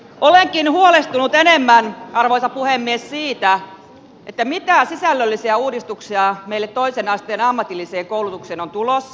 olenkin huolestunut enemmän arvoisa puhemies siitä mitä sisällöllisiä uudistuksia meille toisen asteen ammatilliseen koulutukseen on tulossa